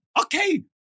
Okay